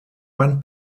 van